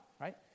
right